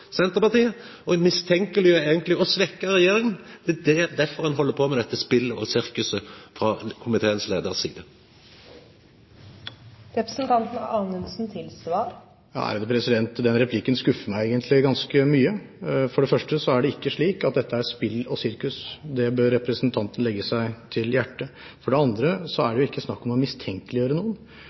Senterpartiet – og å mistenkjeleggjera og eigentleg svekkja regjeringa – at ein held på med dette spelet og sirkuset frå komiteleiaren si side. Den replikken skuffer meg egentlig ganske mye. For det første er det ikke slik at dette er spill og sirkus – det bør representanten legge seg på hjertet. For det andre er det jo ikke snakk om å mistenkeliggjøre noen.